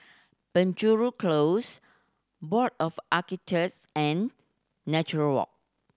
Penjuru Close Board of Architects and Nature Walk